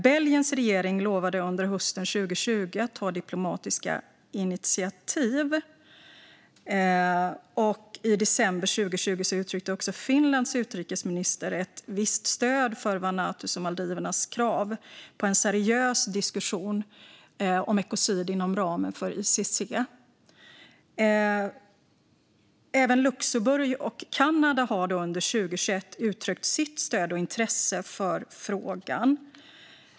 Belgiens regering lovade under hösten 2020 att ta diplomatiska initiativ. I december 2020 uttryckte också Finlands utrikesminister ett visst stöd för Vanuatus och Maldivernas krav på en seriös diskussion om ekocid inom ramen för ICC. Även Luxemburg och Kanada har under 2021 uttryckt sitt stöd och intresse för frågan.